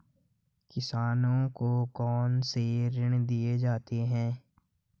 किसानों को कौन से ऋण दिए जाते हैं?